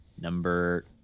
number